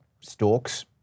stalks